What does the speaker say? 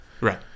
Right